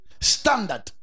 standard